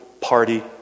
party